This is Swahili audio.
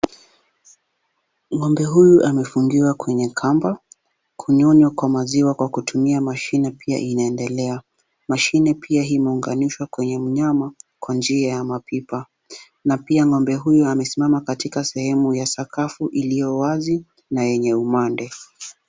Ng'ombe huyu amefungiwa kwenye kamba. Kunyonywa kwa maziwa kwa kutumia mashine pia inaendelea. Mashine pia imeunganishwa kwenye mnyama kwa njia ya mapipa. Na pia ng'ombe huyu amesimama katika sehemu ya sakafu iliyo wazi na yenye umande.